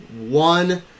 one